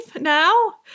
now